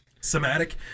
somatic